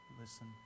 listen